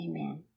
amen